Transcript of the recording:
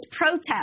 protest